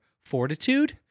fortitude